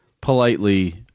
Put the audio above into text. Politely